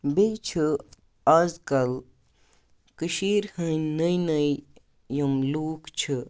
بیٚیہِ چھِ اَزکَل کٔشیٖرِ ہٕنٛدۍ نٔے نٔے یِم لوٗکھ چھِ